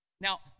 Now